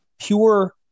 pure